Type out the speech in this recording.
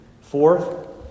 Fourth